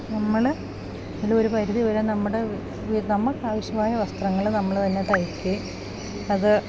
നമ്മള് ഇതിനൊരു പരിധി വരെ നമ്മുടെ നമുക്ക് ആവശ്യമായ വസ്ത്രങ്ങള് നമ്മള് തന്നെ തയ്ക്കുകയും അത്